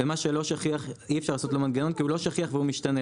ומה שלא שכיח אי אפשר לעשות לו מנגנון כי אינו שכי ומשתנה.